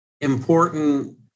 important